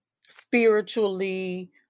spiritually